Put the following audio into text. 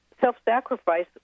self-sacrifice